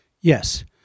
Yes